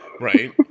right